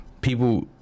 people